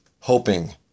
hoping